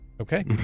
okay